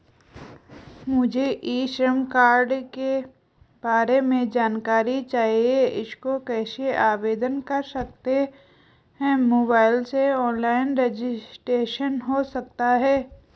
मुझे e Shram card के बारे में जानकारी चाहिए इसको कैसे आवेदन कर सकते हैं मोबाइल से ऑनलाइन रजिस्ट्रेशन हो सकता है?